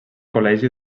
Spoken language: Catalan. col·legi